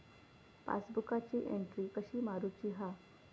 पासबुकाची एन्ट्री कशी मारुची हा?